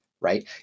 right